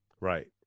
right